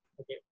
okay